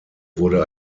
wurde